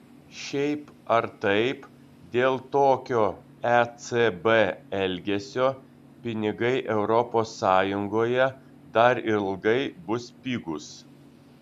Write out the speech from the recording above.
šiaip ar taip dėl tokio ecb elgesio pinigai europos sąjungoje dar ilgai bus pigūs